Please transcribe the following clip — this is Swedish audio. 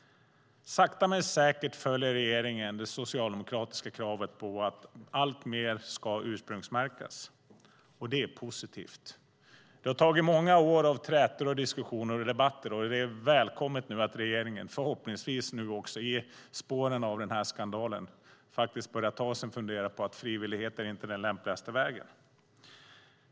Sakta men säkert följer regeringen det socialdemokratiska kravet att alltmer ska ursprungsmärkas, vilket är positivt. Det har tagit många år av trätor, diskussioner och debatter. Förhoppningsvis börjar regeringen i spåren av skandalen ta sig en funderare på om frivillighet verkligen är den lämpligaste vägen.